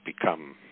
become